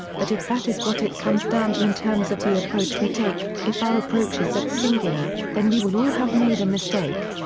but if that is what it comes down to in terms of the approach we take, if our approach is that singular, then we will all have made a mistake.